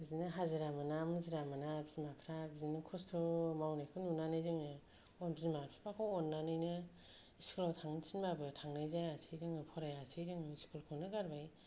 बिदिनो हाजिरा मोना मावजिरा मोना बिमाफ्रा बिदिनो खस्थ' मावनायखौ नुनानै जोङो बिमा फिफाखौ अन्नानैनो स्कुलाव थांनो थिनबाबो थांनाय जायासै जोंनो फरायासै जों स्कुलखौनो गारबाय